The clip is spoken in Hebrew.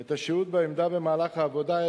את השהות בעמדה במהלך העבודה,